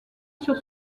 sur